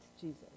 Jesus